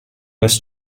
was